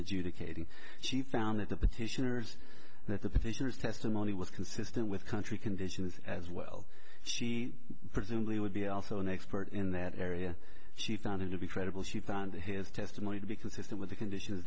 hating she found it to petitioners that the petitioners testimony was consistent with country conditions as well she presumably would be also an expert in that area she found it to be credible she found his testimony to be consistent with the conditions